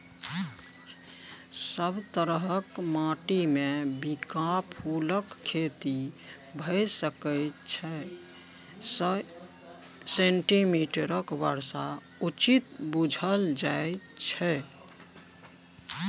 सब तरहक माटिमे बिंका फुलक खेती भए सकै छै सय सेंटीमीटरक बर्षा उचित बुझल जाइ छै